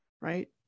right